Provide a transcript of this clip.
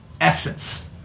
essence